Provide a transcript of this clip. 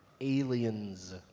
Aliens